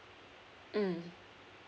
mm